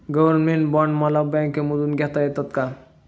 Government bond मला बँकेमधून घेता येतात का?